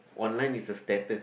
online is a status